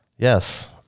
Yes